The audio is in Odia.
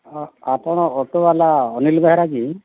ହଁ ଆପଣ ଅଟୋବାଲା ଅନିଲ୍ ବେହେରା କି